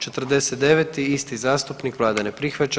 49. isti zastupnik, vlada ne prihvaća.